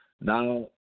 now